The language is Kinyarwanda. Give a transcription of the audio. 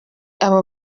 abo